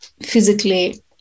physically